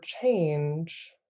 change